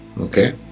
Okay